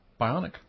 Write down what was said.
Bionic